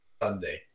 Sunday